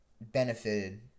benefited